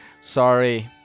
sorry